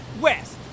West